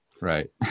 Right